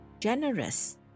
generous